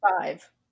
five